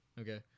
okay